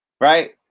right